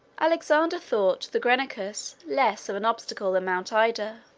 alexander thought the granicus less of an obstacle than mount ida.